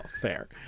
Fair